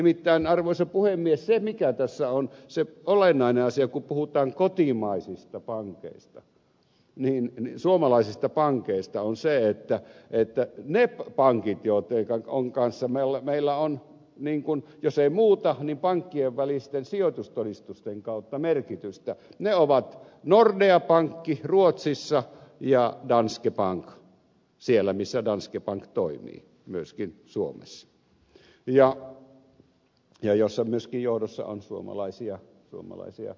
nimittäin arvoisa puhemies se mikä tässä on olennainen asia kun puhutaan kotimaisista pankeista suomalaisista pankeista on se että ne pankit joittenka kanssa meillä on jos ei muuta niin pankkien välisten sijoitustodistusten kautta merkitystä ovat nordea pankki ruotsissa ja danske bank siellä missä danske bank toimii myöskin suomessa ja siellä johdossakin on suomalaisia toimijoita